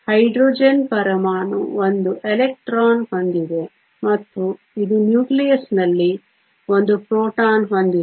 hydrogen ಪರಮಾಣು ಒಂದು electron ಹೊಂದಿದೆ ಮತ್ತು ಇದು ನ್ಯೂಕ್ಲಿಯಸ್ನಲ್ಲಿ ಒಂದು ಪ್ರೋಟಾನ್ ಹೊಂದಿದೆ